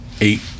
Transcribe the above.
eight